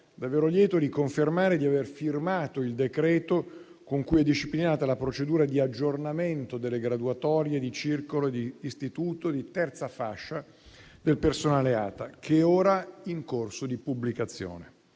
davvero lieto di confermare di aver firmato il decreto con cui è disciplinata la procedura di aggiornamento delle graduatorie di circolo e d'istituto di terza fascia del personale ATA, che è ora in corso di pubblicazione.